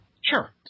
Sure